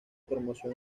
promoción